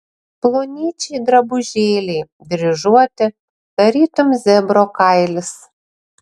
plonyčiai drabužėliai dryžuoti tarytum zebro kailis